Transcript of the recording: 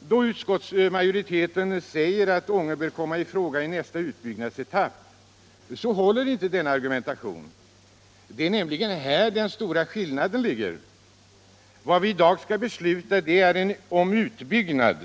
eftersom utskottsmajoriteten säger att Ånge bör komma i fråga i nästa utbyggnadsetapp, så håller inte denna argumentation. Det är nämligen här den stora skillnaden ligger. Vad vi i dag skall fatta beslut om är en utbyggnad.